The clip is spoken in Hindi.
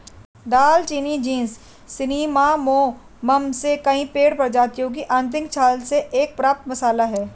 दालचीनी जीनस सिनामोमम से कई पेड़ प्रजातियों की आंतरिक छाल से प्राप्त एक मसाला है